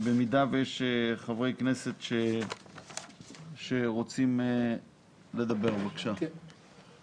במידה ויש חברי כנסת שרוצים לדבר, בבקשה.